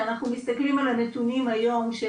כשאנחנו מסתכלים על הנתונים היום של